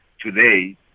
today